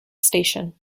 station